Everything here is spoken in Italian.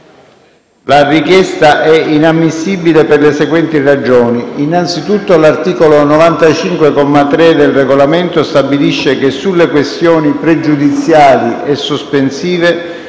La richiesta è inammissibile per le seguenti ragioni. Innanzitutto, l'articolo 93, comma 5, del Regolamento stabilisce che sulle questioni pregiudiziali e sospensive